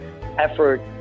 effort